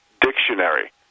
Dictionary